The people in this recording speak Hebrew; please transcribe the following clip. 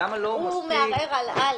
הוא מערער על (א).